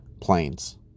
planes